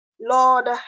Lord